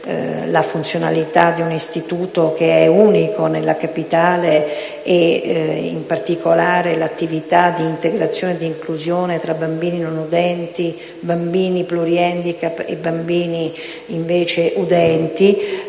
la funzionalità di un istituto che è unico nella capitale, e in particolare l'attività di integrazione e inclusione tra bambini non udenti, bambini plurihandicap e bambini udenti,